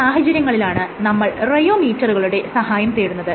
ഇത്തരം സാഹചര്യങ്ങളിലാണ് നമ്മൾ റെയോമീറ്ററുകളുടെ സഹായം തേടുന്നത്